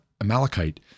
Amalekite